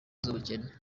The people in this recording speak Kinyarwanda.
y’ubukene